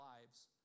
lives